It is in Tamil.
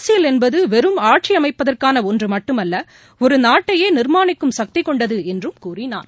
அரசியல் என்பது வெறும் ஆட்சி அமைப்ப்தற்கான ஒன்று மட்டுமல்ல ஒரு நாட்டையே நிர்மாணிக்கும் சக்தி கொண்டது என்றும் கூறினார்